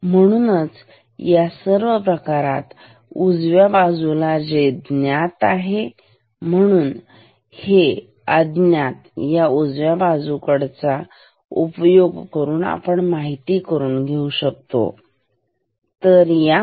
तर हे म्हणूनच या सर्व प्रमाणात उजव्या बाजूला हे ज्ञात आहे म्हणून हे अज्ञात या उजवीचा उजव्या बाजूचा उपयोग करून माहीत करून घेऊ शकतो शोधू शकतो